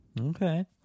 Okay